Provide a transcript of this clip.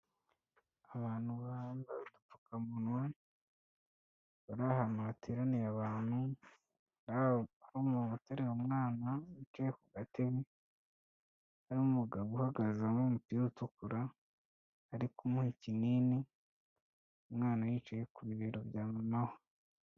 Abantu bambaye udupfukamunwa bari ahantu hateraniye abantu hari umuntu uteruye umwana wicaye ku gatebe hari umugabo uhagaze aho w'umupira utukura ari kumuha ikinini umwana yicaye ku bibero bya mama we.